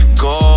go